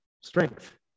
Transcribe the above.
strength